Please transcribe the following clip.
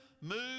move